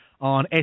on